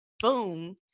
boom